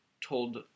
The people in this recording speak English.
told